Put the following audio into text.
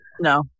no